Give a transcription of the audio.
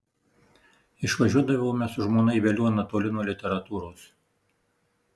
išvažiuodavome su žmona į veliuoną toli nuo literatūros